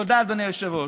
תודה, אדוני היושב-ראש.